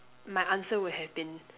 my answer would have been